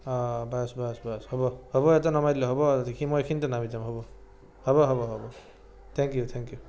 অঁ বাচ বাচ বাচ হ'ব হ'ব ইয়াতে নমাই দিলে হ'ব যিখিনি মই এইখিনিতে নামি যাম হ'ব হ'ব হ'ব হ'ব থেংক ইউ থেংক ইউ